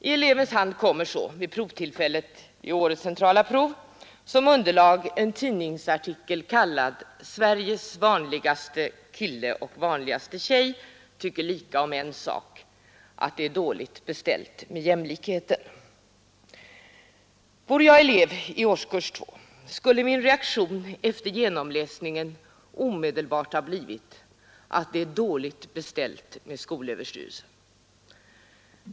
I elevens hand kommer så vid provtillfället som underlag för årets centrala prov en tidningsartikel, kallad: ”Sveriges vanligaste kille och vanligaste tjej tycker lika om en sak: Att det är dåligt beställt med jämlikheten.” Vore jag elev i årskurs 2, skulle min reaktion efter genomläsningen omedelbart ha blivit att det är dåligt beställt med skolöverstyrelsen.